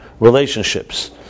relationships